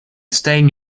stain